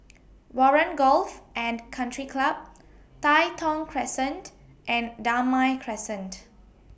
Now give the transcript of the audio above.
Warren Golf and Country Club Tai Thong Crescent and Damai Crescent